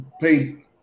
pay